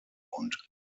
und